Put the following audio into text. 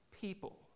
people